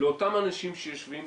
לאותם אנשים שיושבים,